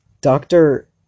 Doctor